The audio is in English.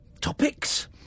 topics